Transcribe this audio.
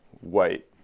white